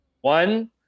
one